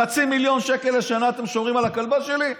חצי מיליון שקל לשנה אתם שומרים על הכלבה שלי?